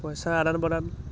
পইচা আদান প্ৰদান